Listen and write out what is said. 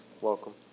Welcome